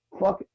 fuck